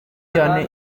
cyane